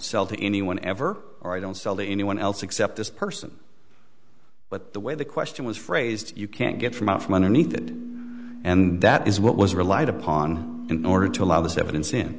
sell to anyone ever or i don't sell to anyone else except this person but the way the question was phrased you can't get from out from underneath that and that is what was relied upon in order to allow this evidence